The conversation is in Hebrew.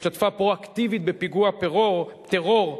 שהשתתפה פרואקטיבית בפיגוע טרור,